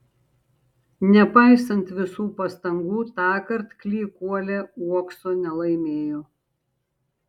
nepaisant visų pastangų tąkart klykuolė uokso nelaimėjo